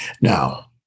Now